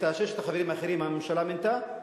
את ששת החברים האחרים הממשלה מינתה,